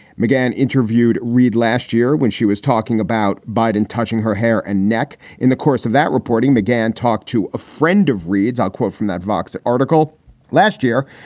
mcgann interviewed reid last year when she was talking about biden touching her hair and neck in the course of that reporting began. talked to a friend of reid's i'll quote from that vox article last year.